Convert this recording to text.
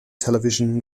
television